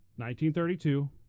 1932